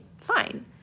fine